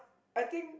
I think